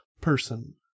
person